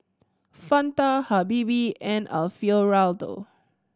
Fanta Habibie and Alfio Raldo